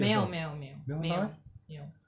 没有没有没有没有没有